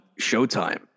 Showtime